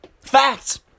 Facts